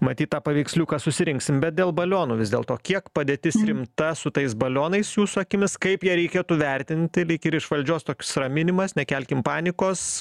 matyt tą paveiksliuką susirinksim bet dėl balionų vis dėlto kiek padėtis rimta su tais balionais jūsų akimis kaip ją reikėtų vertinti lyg ir iš valdžios toks raminimas nekelkim panikos